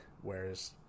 Whereas